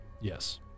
Yes